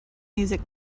music